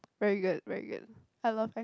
very good very good I love aircon